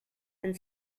and